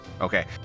Okay